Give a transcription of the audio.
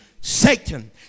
Satan